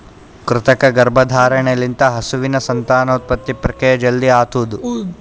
ಕೃತಕ ಗರ್ಭಧಾರಣೆ ಲಿಂತ ಹಸುವಿನ ಸಂತಾನೋತ್ಪತ್ತಿ ಪ್ರಕ್ರಿಯೆ ಜಲ್ದಿ ಆತುದ್